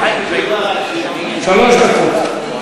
שלוש דקות.